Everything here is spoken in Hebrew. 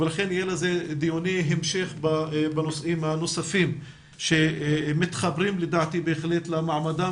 לכן יהיה לזה דיוני המשך בנושאים הנוספים שמתחברים לדעתי בהחלט למעמדם